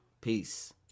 peace